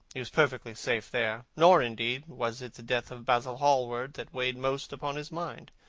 he was perfectly safe there. nor, indeed, was it the death of basil hallward that weighed most upon his mind.